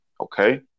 Okay